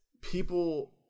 People